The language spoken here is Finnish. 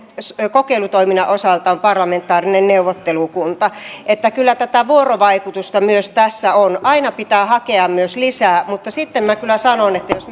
kokeilutoiminnan osalta on parlamentaarinen neuvottelukunta että kyllä myös tätä vuorovaikutusta tässä on aina pitää hakea myös lisää mutta sitten minä kyllä sanon että jos